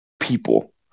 people